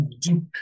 deep